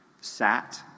sat